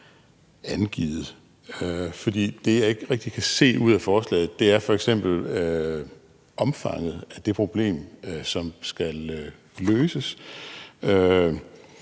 angivet, for det, jeg ikke rigtig kan se ud af forslaget, er f.eks. omfanget af det problem, som skal løses.